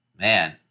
Man